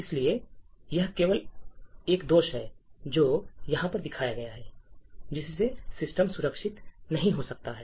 इसलिए यह केवल यह दोष है जो यहां पर दिखाया गया है जिससे सिस्टम सुरक्षित नहीं हो सकता है